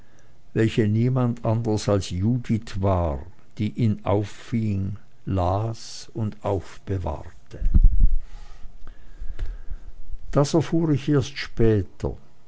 welche niemand anders als judith war die ihn auffing las und aufbewahrte dies erfuhr ich erst später